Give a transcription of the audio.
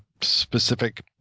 specific